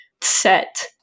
set